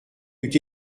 eût